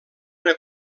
una